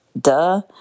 duh